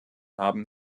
haben